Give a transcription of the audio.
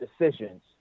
decisions